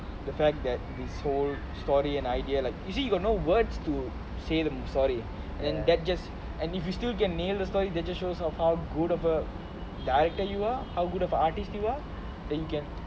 the fact that the sole story an idea like usually you got no words to say the story and that just and if you still can nail the story that just shows of how good of a director you are how good of a artist you are that you can